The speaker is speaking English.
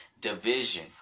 division